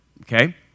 Okay